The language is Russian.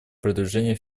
продвижения